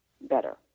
better